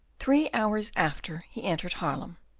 three hours after, he entered haarlem.